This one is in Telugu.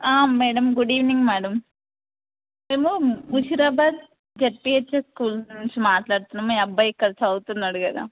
మ్యాడమ్ గుడ్ ఈవెనింగ్ మ్యాడమ్ మేము ముషీరాబాద్ జెడ్పిహెచ్ఎస్ స్కూల్ నుంచి మాట్లాడుతున్నాం మీ అబ్బాయి ఇక్కడ చదువుతున్నాడు కదా